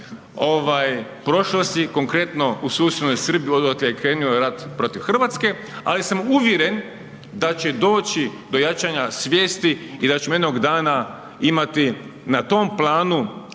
prošlosti, konkretno, u susjednom Srbiji, odakle je krenuo rat protiv Hrvatske, ali sam uvjeren, da će doći do jačanja svjesni i da ćemo jednog dana imati na tom planu